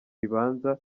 ribanza